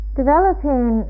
developing